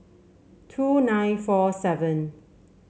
two nine four seven